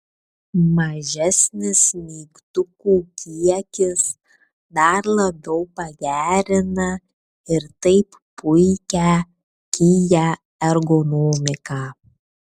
mažesnis mygtukų kiekis dar labiau pagerina ir taip puikią kia ergonomiką